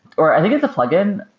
or i think it's a plugin,